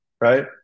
right